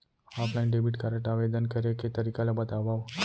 Offline debit card आवेदन करे के तरीका ल बतावव?